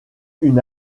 une